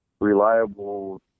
reliable